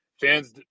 fans